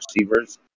receivers